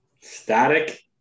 Static